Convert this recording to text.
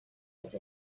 with